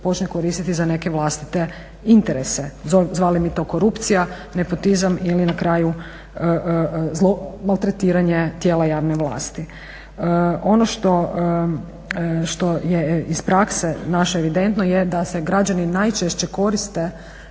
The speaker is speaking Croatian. za neke vlastite interese, zvali mi to korupcija, nepotizam ili na kraju maltretiranje tijela javne vlasti. Ono što je iz prakse naše evidentno da se građani najčešće koriste